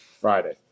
Friday